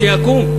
שיקום.